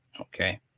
okay